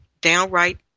downright